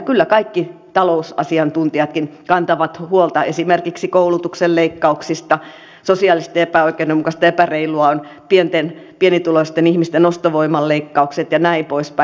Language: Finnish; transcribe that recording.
kyllä kaikki talousasiantuntijatkin kantavat huolta esimerkiksi koulutuksen leikkauksista ja siitä että sosiaalisesti epäoikeudenmukaista ja epäreilua on pienituloisten ihmisten ostovoiman leikkaukset ja näin poispäin